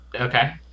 Okay